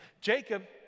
Jacob